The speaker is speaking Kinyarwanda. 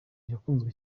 yakunzwe